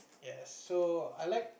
yes so I like